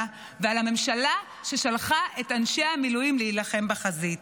ועל הממשלה ששלחה את אנשי המילואים להילחם בחזית.